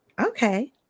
Okay